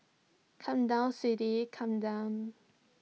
come down sweetie come down